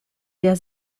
der